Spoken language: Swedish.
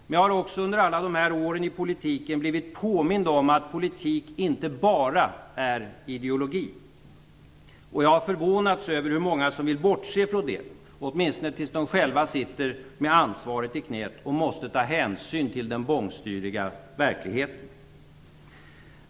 Men jag har också under alla åren i politiken blivit påmind om att politik inte bara är ideologi. Jag har förvånats över hur många som vill bortse från det, åtminstone tills de själva sitter med ansvaret i knät och måste ta hänsyn till den bångstyriga verkligheten.